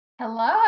Hello